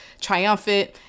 triumphant